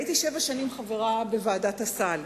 הייתי שבע שנים חברה בוועדת הסל,